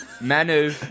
Manu